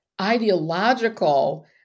ideological